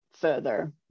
further